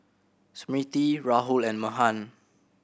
Smriti Rahul and Mahan